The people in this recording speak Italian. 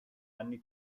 anni